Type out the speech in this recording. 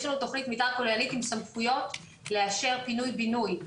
יש לנו תכנית מתאר כוללנית עם סמכויות לאשר פינוי בינוי.